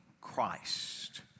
Christ